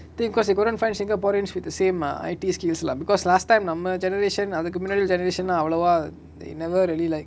I think cause you couldn't find singaporeans with the same ah I_T skills lah because last time நம்ம:namma generation அதுக்கு முன்னாடி ஒரு:athuku munnaadi oru generation நா அவலவா:na avalava they never really like